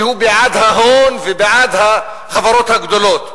שהוא בעד ההון ובעד החברות הגדולות.